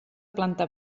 planta